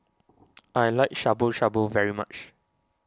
I like Shabu Shabu very much